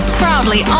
proudly